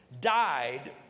died